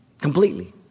completely